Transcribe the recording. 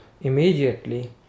immediately